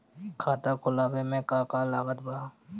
खाता खुलावे मे का का लागत बा?